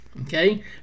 okay